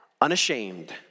unashamed